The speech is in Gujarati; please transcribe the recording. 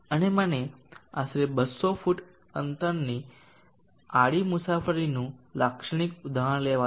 અને મને આશરે 200 ફુટ અંતરની આડી મુસાફરીનું લાક્ષણિક ઉદાહરણ લેવા દો